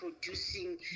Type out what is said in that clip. producing